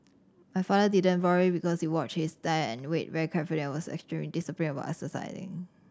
my father didn't very because he watched his diet and weight very carefully and was extremely disciplined about exercising